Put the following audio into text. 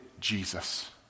Jesus